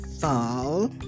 fall